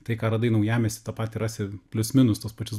tai ką radai naujamiesty ta pati rasi plius minus tuos pačius